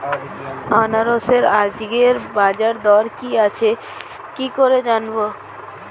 আনারসের আজকের বাজার দর কি আছে কি করে জানবো?